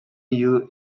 use